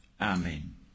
Amen